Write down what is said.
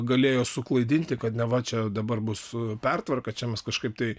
galėjo suklaidinti kad neva čia dabar bus pertvarka čia mes kažkaip tai